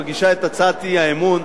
מגישה את הצעת האי-אמון.